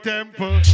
Temple